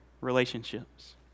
relationships